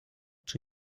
czy